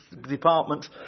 department